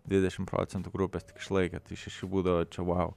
dvidešimt procentų grupės tik išlaikė tai šeši būdavo čia vau